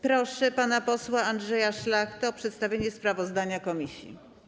Proszę pana posła Andrzeja Szlachtę o przedstawienie sprawozdania komisji.